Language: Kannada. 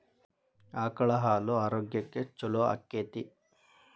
ಆಕಳ ಹಾಲು ಆರೋಗ್ಯಕ್ಕೆ ಛಲೋ ಆಕ್ಕೆತಿ?